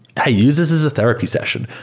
hey! use us as a therapy session.